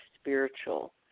spiritual